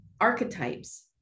archetypes